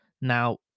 Now